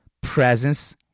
presence